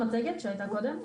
לכולם.